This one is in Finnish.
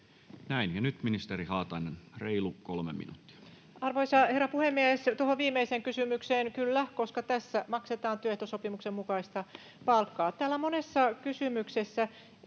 nyt ministeri Haatainen, reilu 3 minuuttia. Arvoisa herra puhemies! Tuohon viimeiseen kysymykseen: kyllä, koska tässä maksetaan työehtosopimuksen mukaista palkkaa. Täällä monessa kysymyksessä,